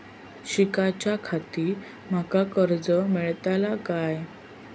शिकाच्याखाती माका कर्ज मेलतळा काय?